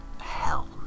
hell